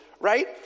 right